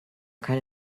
keine